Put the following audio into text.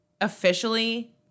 officially